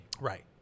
right